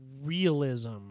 realism